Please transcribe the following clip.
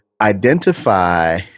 identify